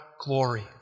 glory